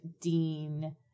dean